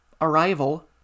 Arrival